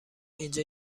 اینجا